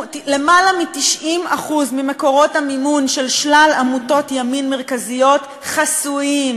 למעלה מ-90% ממקורות המימון של שלל עמותות ימין מרכזיות חסויים.